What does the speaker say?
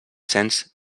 cents